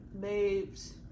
babes